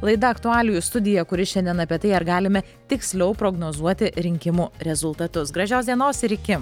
laida aktualijų studija kuri šiandien apie tai ar galime tiksliau prognozuoti rinkimų rezultatus gražios dienos ir iki